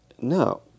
no